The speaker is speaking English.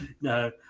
No